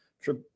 sure